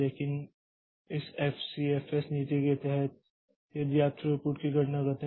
लेकिन इस एफसीएफएस नीति के तहत यदि आप इस थ्रूपुट की गणना करते हैं